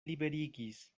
liberigis